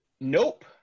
Nope